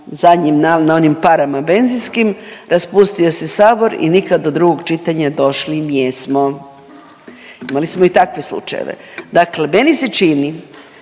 na onim parama benzinskim raspustio se Sabor i nikad do drugog čitanja došli nijesmo. Imali smo i takve slučajeve. Dakle meni se čini